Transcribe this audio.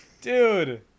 Dude